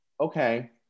Okay